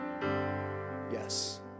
yes